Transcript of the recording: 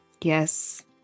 Yes